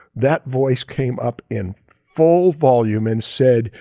that voice came up in full volume and said,